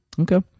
okay